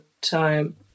time